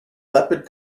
leopard